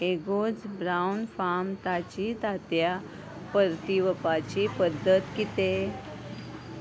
egos ब्रावन फार्म ताची तात्या परतीवपाची पद्दत कितें